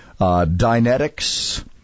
Dynetics